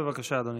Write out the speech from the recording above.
בבקשה, אדוני.